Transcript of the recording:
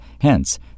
hence